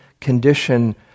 condition